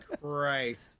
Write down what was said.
Christ